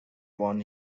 born